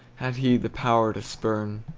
had he the power to spurn!